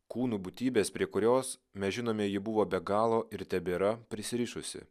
kūnu būtybės prie kurios mes žinome ji buvo be galo ir tebėra prisirišusi